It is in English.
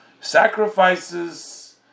sacrifices